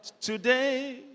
today